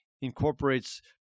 incorporates